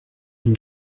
une